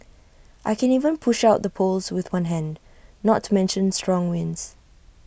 I can even push out the poles with one hand not to mention strong winds